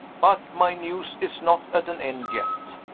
but my news is not at an end yet.